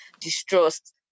distrust